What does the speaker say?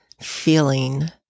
feeling